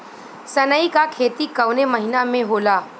सनई का खेती कवने महीना में होला?